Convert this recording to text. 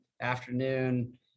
afternoon